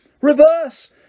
Reverse